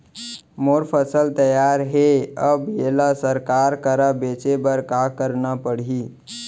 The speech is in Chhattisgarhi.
मोर फसल तैयार हे अब येला सरकार करा बेचे बर का करना पड़ही?